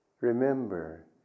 Remember